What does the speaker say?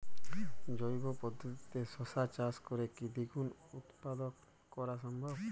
জৈব পদ্ধতিতে শশা চাষ করে কি দ্বিগুণ উৎপাদন করা সম্ভব?